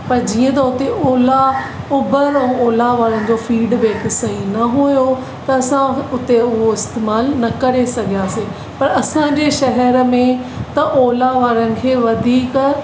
पर जीअं त हुते ओला उबर ऐं ओला वारनि जो फीडबेक सही न हुओ त असां उते उहो इस्तेमालु न करे सघियासीं पर असांजे शहर में त ओला वारनि खे वधीक